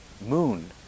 moon